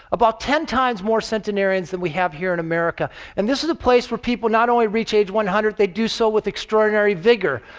about ten times more centenarians than we have here in america. and this is a place where people not only reach age one hundred, they do so with extraordinary vigor.